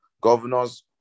Governors